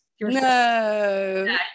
No